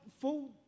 full